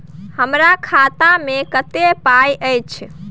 हमरा खाता में कत्ते पाई अएछ?